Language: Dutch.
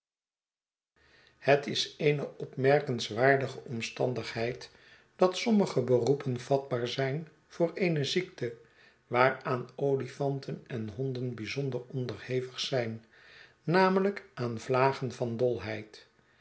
het is eene opmerkenswaardige omstandigheid dat sommige beroepen vatbaar zijn voor eene ziekte waaraan olifanten en honden bijzonder onderhevig zijn namelijk aan vlagen van dolheid